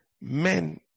men